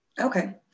okay